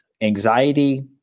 anxiety